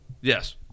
Yes